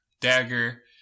dagger